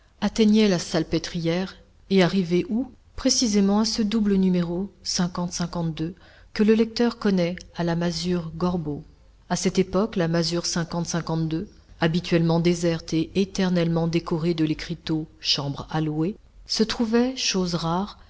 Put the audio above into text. atteignait la salpêtrière et arrivait où précisément à ce double numéro que le lecteur connaît à la masure gorbeau à cette époque la masure habituellement déserte et éternellement décorée de l'écriteau chambres à louer se trouvait chose rare